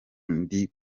ndi